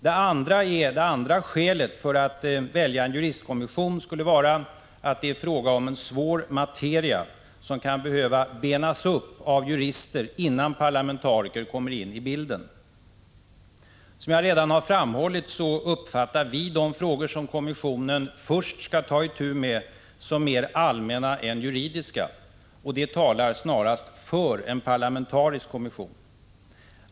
Det andra skälet för att välja en juristkommission skulle vara att det är fråga om en svår materia som kan behöva ”benas upp” av jurister innan parlamentariker kommer in i bilden. Som jag redan framhållit uppfattar vi de frågor som kommissionen först skall ta itu med som mer allmänna än juridiska. Det talar snarast för en parlamentarisk kommission.